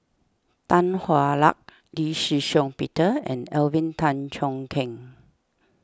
Tan Hwa Luck Lee Shih Shiong Peter and Alvin Tan Cheong Kheng